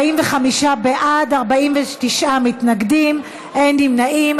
45 בעד, 49 מתנגדים, אין נמנעים.